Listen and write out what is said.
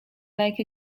like